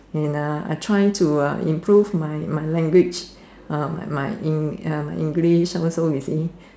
and uh I try to uh improve my my language uh my my English also you see